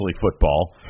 football